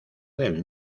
del